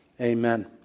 amen